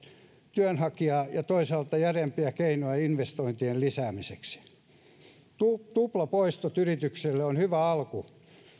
työnhakijaa ja toisaalta järeämpiä keinoja investointien lisäämiseksi tuplapoistot yrityksille on hyvä alku